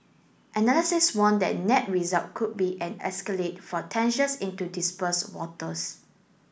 analysis warn that net result could be an escalate for tensions in to dispurse waters